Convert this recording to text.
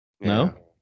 No